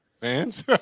fans